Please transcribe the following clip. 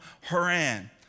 Haran